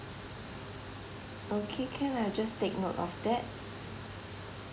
okay can I'll just take note of that